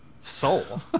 soul